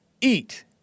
eat